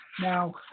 Now